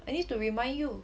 I need to remind you